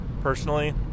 personally